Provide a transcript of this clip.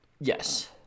Yes